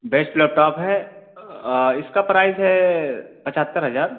best laptop ہے اس کا پرائز ہے پچہتر ہزار